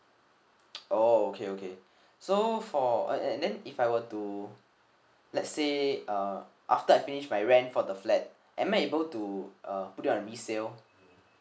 oh okay okay so for and and then if I were to let's say uh after I finish my rent for the flat am I able to uh put it on resale